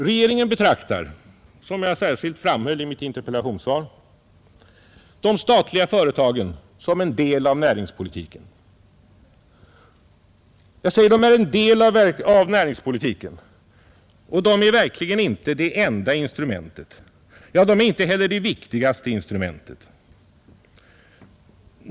Regeringen betraktar, som jag särskilt framhöll i mitt interpellationssvar, de statliga företagen som en del av näringspolitiken, och de är verkligen inte det enda och inte heller det viktigaste instrumentet.